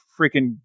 freaking